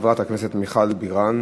חברת הכנסת מיכל בירן.